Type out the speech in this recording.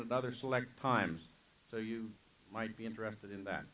another select times so you might be interested in that